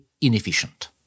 inefficient